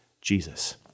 Jesus